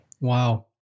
Wow